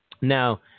Now